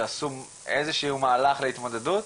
שעשו איזה שהוא מהלך להתמודדות?